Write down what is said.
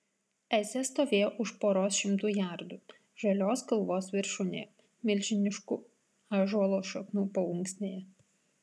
esė stovėjo už poros šimtų jardų žalios kalvos viršūnėje milžiniškų ąžuolo šakų paunksnėje